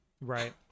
Right